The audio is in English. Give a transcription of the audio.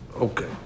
Okay